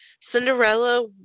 Cinderella